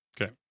Okay